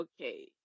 okay